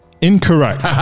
incorrect